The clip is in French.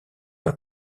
pas